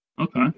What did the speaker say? okay